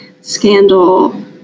scandal